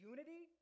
Unity